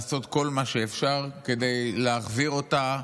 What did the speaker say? לעשות כל מה שאפשר כדי להחזיר אותה,